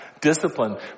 discipline